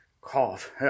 cough